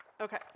Okay